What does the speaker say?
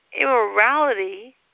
immorality